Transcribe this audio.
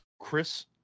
Chris